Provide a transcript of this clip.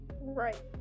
right